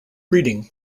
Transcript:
reading